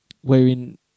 wherein